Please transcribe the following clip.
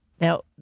Now